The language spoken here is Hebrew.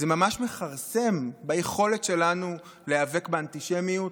זה ממש מכרסם ביכולת שלנו להיאבק באנטישמיות,